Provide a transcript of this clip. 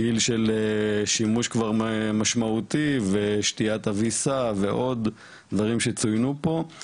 גיל שימוש משמעותי ושתיית אביסה ועוד דברים שצוינו פה.